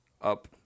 up